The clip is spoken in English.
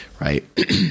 right